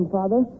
Father